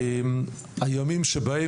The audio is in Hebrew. הימים ההם,